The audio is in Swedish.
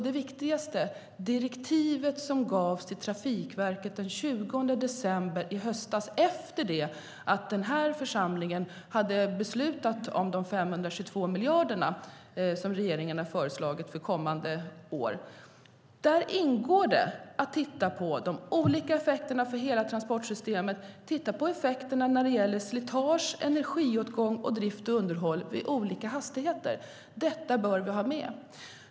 Det viktigaste är direktivet som gavs till Trafikverket den 20 december i höstas efter det att denna församling hade beslutat om de 522 miljarderna som regeringen har föreslagit för kommande år. Där ingår det att titta på de olika effekterna för hela transportsystemet och effekterna när det gäller slitage, energiåtgång, drift och underhåll med olika hastigheter. Detta bör vi ha med.